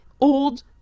old